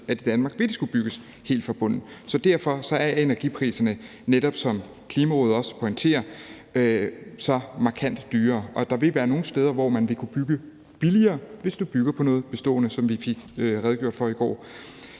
i Danmark vil skulle bygges helt fra bunden. Derfor er energipriserne, netop som Klimarådet også pointerer, så markant højere, mens der vil være nogle steder, hvor man vil kunne bygge billigere, hvis man bygger på noget bestående, som vi fik redegjort for i går.